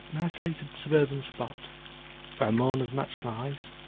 isolated suburban spot where mourners match lies,